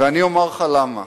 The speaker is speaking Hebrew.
ואני אומר לך למה.